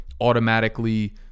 automatically